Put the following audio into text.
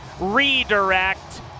redirect